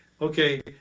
Okay